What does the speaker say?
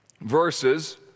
verses